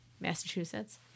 Massachusetts